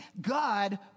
God